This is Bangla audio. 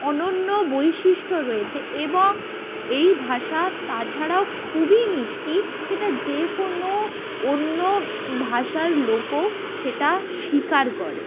অনন্য বৈশিষ্ট্য রয়েছে এবং এই ভাষা তাছাড়াও খুবই মিষ্টি সেটা যে কোনো অন্য ভাষার লোকও সেটা স্বীকার করে